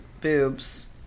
boobs